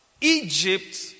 Egypt